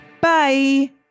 Bye